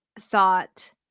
Thought